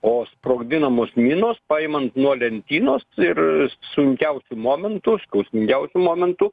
o sprogdinamos minos paimant nuo lentynos ir sunkiausiu momentu skausmingiausiu momentu